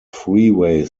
freeway